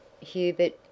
Hubert